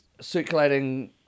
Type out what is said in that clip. circulating